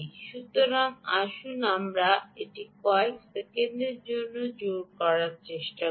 সুতরাং আসুন আমরা এটি কয়েক সেকেন্ডের জন্য জোড় করার চেষ্টা করি